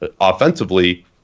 offensively